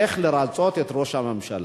איך לרצות את ראש הממשלה,